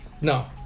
no